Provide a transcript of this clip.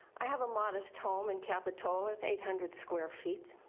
i have a modest home in capitola, it's eight hundred square feet.